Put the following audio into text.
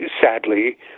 sadly